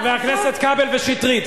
חברי הכנסת כבל ושטרית,